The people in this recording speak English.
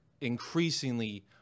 increasingly